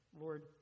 Lord